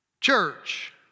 church